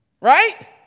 Right